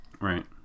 Right